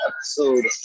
episode